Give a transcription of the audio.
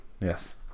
Yes